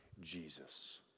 Jesus